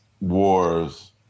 wars